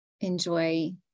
enjoy